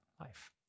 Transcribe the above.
life